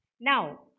Now